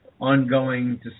ongoing